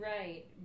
Right